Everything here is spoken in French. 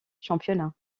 championnat